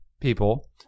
people